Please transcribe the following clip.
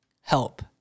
help